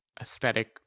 aesthetic